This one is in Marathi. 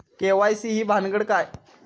के.वाय.सी ही भानगड काय?